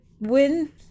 win